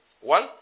One